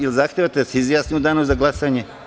Da li zahtevate da se izjasnimo u danu za glasanje.